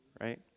Right